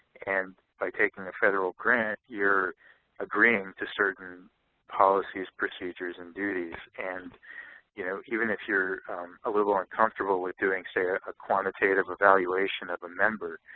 and by taking the federal grant, you're agreeing to certain policies, procedures and duties. and you know even if you're a little uncomfortable with doing, say, ah a quantitative evaluation of a member,